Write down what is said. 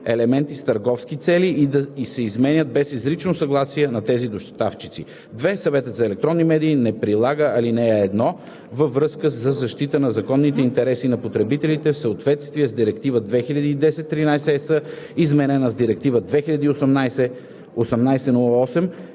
елементи с търговски цели и да се изменят без изричното съгласие на тези доставчици. (2) Съветът за електронни медии не прилага ал. 1 във връзка със защитата на законните интереси на потребителите в съответствие с Директива 2010/13/ЕС, изменена с Директива 2018/1808,